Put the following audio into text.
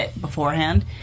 beforehand